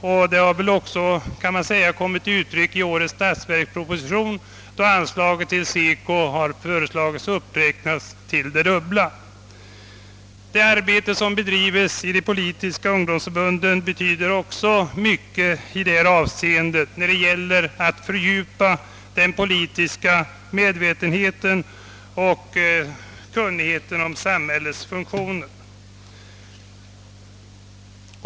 Uppskattningen av detta har kommit till uttryck i årets statsverksproposition, där anslaget till SECO har föreslagits uppräknat till det dubbla. Det arbete som bedrivs av de politiska ungdomsförbunden betyder också mycket för ett fördjupande av den politiska medvetenheten och kunnigheten om samhällets funktioner.